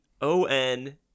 O-N